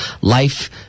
life